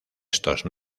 estos